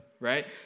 Right